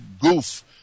goof